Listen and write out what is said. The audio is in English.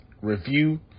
review